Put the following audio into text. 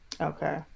Okay